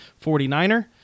49er